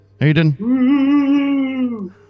Aiden